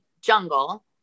jungle